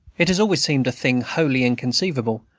it had always seemed a thing wholly inconceivable,